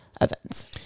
events